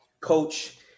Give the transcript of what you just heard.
Coach